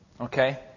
Okay